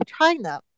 China